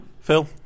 Phil